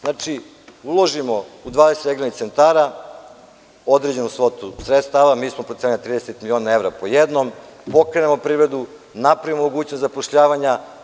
Znači, uložimo u 20 regionalnih centara određenu svotu sredstava, mi smo procenili na 30 miliona po jednom, pokrenemo privredu, napravimo mogućnost zapošljavanja.